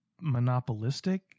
monopolistic